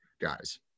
guys